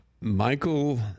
Michael